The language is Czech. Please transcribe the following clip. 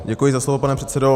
Děkuji za slovo, pane předsedo.